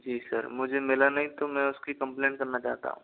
जी sir मुझे मिला नहीं तो मैं उसकी कंप्लैन करना चाहता हूँ